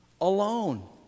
alone